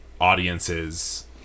audiences